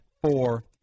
Four